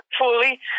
fully